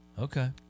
Okay